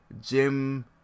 Jim